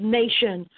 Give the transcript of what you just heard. nation